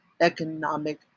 economic